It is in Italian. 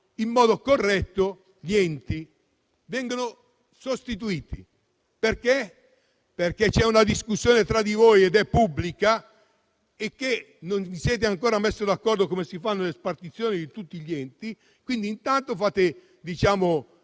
in modo corretto gli enti. Vengono sostituiti perché? Perché c'è una discussione tra di voi, che è pubblica, per cui non vi siete ancora messi d'accordo su come fare le spartizioni di tutti gli enti. Quindi, intanto fate il